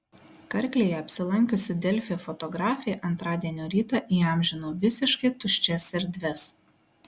karklėje apsilankiusi delfi fotografė antradienio rytą įamžino visiškai tuščias erdves